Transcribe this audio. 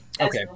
Okay